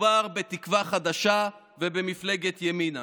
מדובר בתקווה חדשה ובמפלגת ימינה.